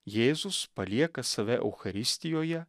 jėzus palieka save eucharistijoje